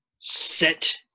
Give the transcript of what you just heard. set